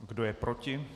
Kdo je proti?